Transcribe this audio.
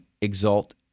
exalt